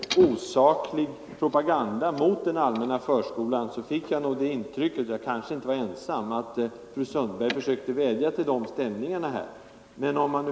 I dag är det en omöjlighet.